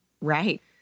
Right